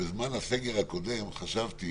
בזמן הסגר הקודם חשבתי